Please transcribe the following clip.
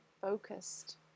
focused